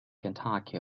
kentucky